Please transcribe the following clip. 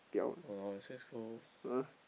!walao!